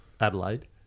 Adelaide